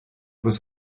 was